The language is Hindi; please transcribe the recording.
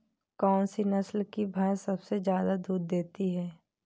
कौन सी नस्ल की भैंस सबसे ज्यादा दूध देती है?